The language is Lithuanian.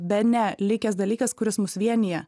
bene likęs dalykas kuris mus vienija